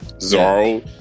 Zoro